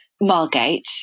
Margate